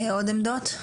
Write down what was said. עוד עמדות?